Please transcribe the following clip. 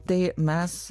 tai mes